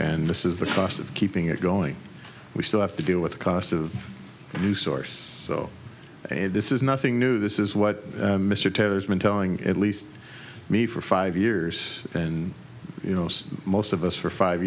and this is the cost of keeping it going we still have to deal with the cost of a new source so this is nothing new this is what mr taylor has been telling at least me for five years and you know most of us for five